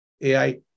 AI